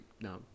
no